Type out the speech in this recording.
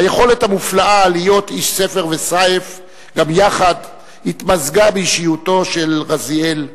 היכולת המופלאה להיות איש ספר וסיף גם יחד התמזגה באישיותו של רזיאל,